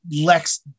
Lex